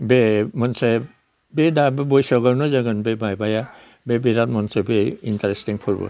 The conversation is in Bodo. बे मोनसे बे दा बैसागावनो जागोन बे माबाया बे बेराद मनसे बे इन्ट्रेस्टिं फोरबो